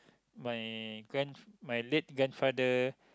my grand my late grandfather